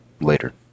later